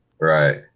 right